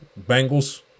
Bengals